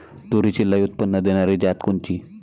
तूरीची लई उत्पन्न देणारी जात कोनची?